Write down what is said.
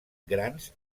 grans